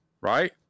right